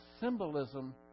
symbolism